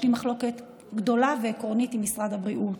יש לי מחלוקת גדולה ועקרונית עם משרד הבריאות.